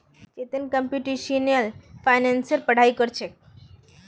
Chetan computational फाइनेंसेर पढ़ाई कर छेक